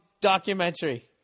documentary